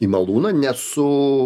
į malūną ne su